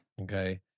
Okay